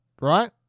right